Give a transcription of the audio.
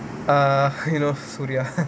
err you know suriya